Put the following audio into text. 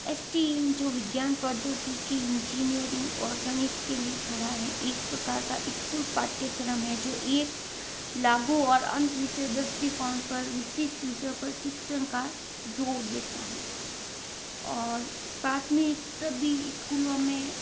S T E M जो विज्ञान प्रौद्योगिकी इंजीनियरिंग और गणित के लिए खड़ा है एक प्रकार का स्कूल पाठ्यक्रम है जो एक लागू और अंतविषय दृष्टिकोण पर विशिष्ट विषय पर शिक्षण का ज़ोर देता है और प्राथमिक सभी स्कूलों में